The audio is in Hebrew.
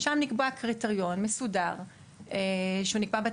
שם נקבע קריטריון מסודר בתקנות,